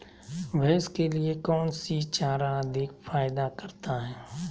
भैंस के लिए कौन सी चारा अधिक फायदा करता है?